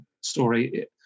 story